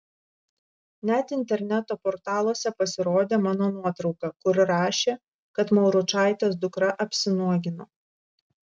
net interneto portaluose pasirodė mano nuotrauka kur rašė kad mauručaitės dukra apsinuogino